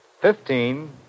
fifteen